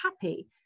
happy